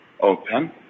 open